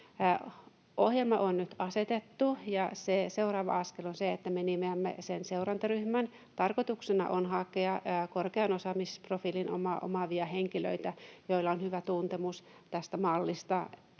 Ohjelma on nyt asetettu, ja seuraava askel on se, että me nimeämme sen seurantaryhmän. Tarkoituksena on hakea korkean osaamisprofiilin omaavia henkilöitä, joilla on hyvä tuntemus tästä mallista,